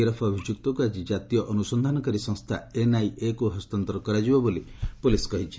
ଗିରଫ୍ ଅଭିଯୁକ୍ତକୁ ଆକି କାତୀୟ ଅନୁସନ୍ଧାନକାରୀ ସଂସ୍ରା ଏନ୍ଆଇଏ ହସ୍ତାନ୍ତର କରାଯିବ ବୋଲି ପୁଲିସ୍ କହିଛି